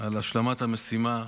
על השלמת המשימה.